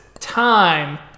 time